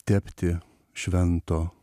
tepti švento